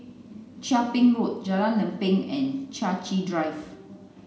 Chia Ping Road Jalan Lempeng and Chai Chee Drive